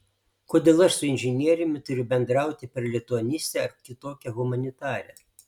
kodėl aš su inžinieriumi turiu bendrauti per lituanistę ar kitokią humanitarę